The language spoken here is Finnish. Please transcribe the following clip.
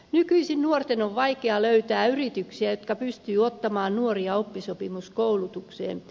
nykyisin nuorten on vaikea löytää yrityksiä jotka pystyvät ottamaan nuoria oppisopimuskoulutukseen